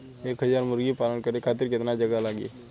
एक हज़ार मुर्गी पालन करे खातिर केतना जगह लागी?